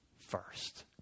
first